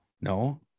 No